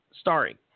starring